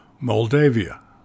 Moldavia